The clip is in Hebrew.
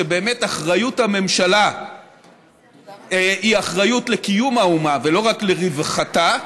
שבאמת אחריות הממשלה היא אחריות לקיום האומה ולא רק לרווחתה,